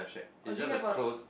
or do you have a